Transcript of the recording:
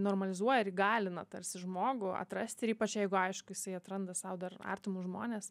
normalizuoja ir įgalina tarsi žmogų atrasti ir ypač jeigu aišku jisai atranda sau dar artimus žmones